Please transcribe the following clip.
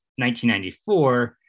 1994